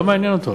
לא מעניין אותו,